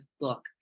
book